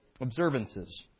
observances